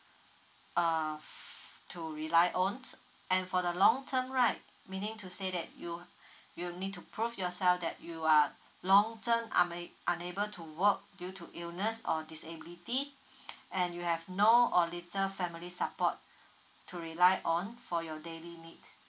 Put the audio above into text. uh to rely on and for the long term right meaning to say that you you need to prove yourself that you are long term una~ unable to work due to illness or disability and you have no or little family support to rely on for your daily need